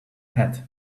hat